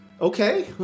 Okay